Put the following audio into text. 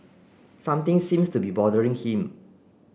something seems to be bothering him